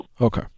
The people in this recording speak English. Okay